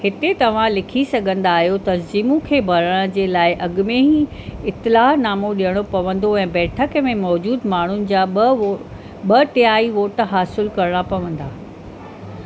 हिते तव्हां लिखी सघंदा आहियो तज़ीम खे भरण जे लाइ अॻु में ई इतिलाहनामो डि॒यणो पवंदो ऐं बैठक में मौजूदु माण्हुनि जा ॿ उहो ॿ टेहाई वोट हासिलु करणा पवंदा